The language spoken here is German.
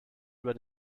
über